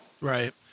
Right